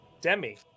Demi